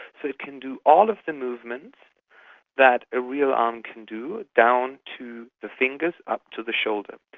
so it can do all of the movements that a real arm can do, down to the fingers up to the shoulder.